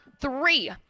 three